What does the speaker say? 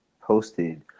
posted